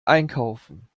einkaufen